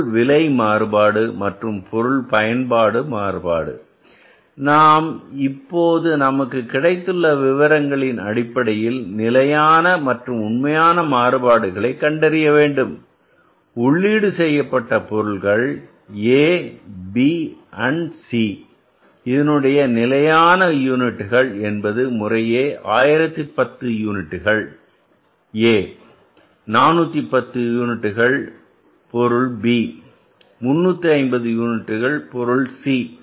பொருள் விலை மாறுபாடு மற்றும் பொருள் பயன்பாடு மாறுபாடு நாம் இப்போது நமக்கு கிடைத்துள்ள விவரங்களின் அடிப்படையில் நிலையான மற்றும் உண்மையான மாறுபாடுகளை கண்டறிய வேண்டும் உள்ளீடு செய்யப்பட்ட பொருள்கள் AB and C இதனுடைய நிலையான யூனிட்டுகள் என்பது முறையே 1010 யூனிட்டுகள் A 410 யூனிட்டுகள் பொருள் B 350 யூனிட்டுகள் பொருள் C